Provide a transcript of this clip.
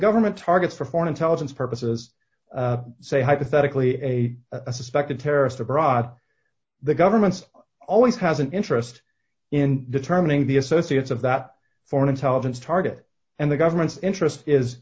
government targets for foreign intelligence purposes say hypothetically a suspected terrorist of herat the government's always has an interest in determining the associates of that foreign intelligence target and the government's interest is